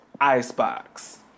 icebox